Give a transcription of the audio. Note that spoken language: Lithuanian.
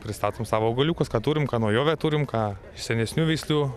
pristatom savo augaliukus ką turim ką naujovę turim ką iš senesnių veislių